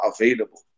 available